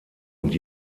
und